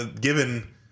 given